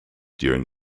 during